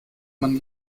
man